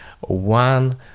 One